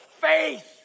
faith